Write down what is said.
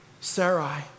Sarai